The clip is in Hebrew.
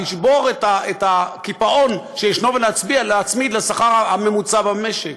לשבור את הקיפאון שישנו ולהצביע להצמיד לשכר הממוצע במשק,